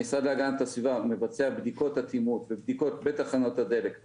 המשרד להגנת הסביבה מבצע בדיקות אטימות ובדיקות בתחנות הדלק.